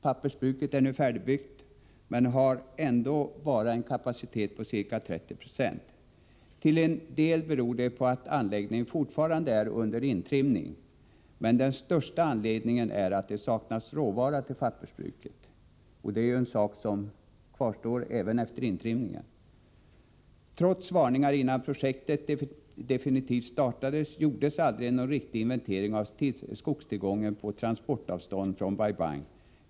Pappersbruket är nu färdigbyggt, men har ändå bara en kapacitet på ca 3096. Till en del beror detta på att anläggningen fortfarande är under intrimning, men den viktigaste anledningen är att det saknas råvara till pappersbruket, vilket ju är ett problem som kvarstår även efter intrimningen. Trots varningar innan projektet definitivt startades gjordes aldrig någon riktig inventering av tillgången på skog på transportavstånd från Bai Bang.